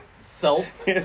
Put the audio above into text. self